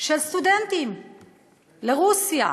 של סטודנטים לרוסיה,